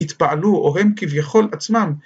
התפעלו או הם כביכול עצמם.